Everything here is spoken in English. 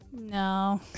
No